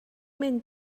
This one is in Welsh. mynd